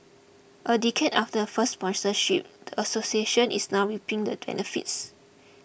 a decade after the first sponsorship the association is now reaping the benefits